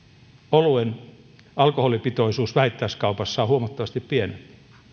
oluen alkoholipitoisuus vähittäiskaupassa on huomattavasti pienempi